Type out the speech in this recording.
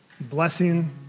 blessing